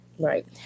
Right